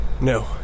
No